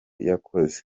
yakoze